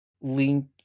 link